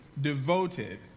Devoted